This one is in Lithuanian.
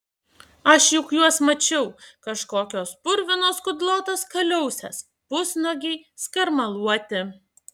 aš juk juos mačiau kažkokios purvinos kudlotos kaliausės pusnuogiai skarmaluoti